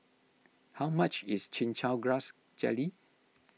how much is Chin Chow Grass Jelly